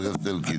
זאב אלקין.